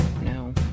No